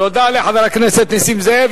תודה לחבר הכנסת נסים זאב.